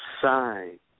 sign